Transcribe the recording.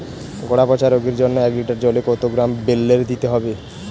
গোড়া পচা রোগের জন্য এক লিটার জলে কত গ্রাম বেল্লের দিতে হবে?